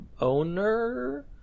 owner